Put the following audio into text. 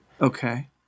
Okay